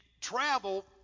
travel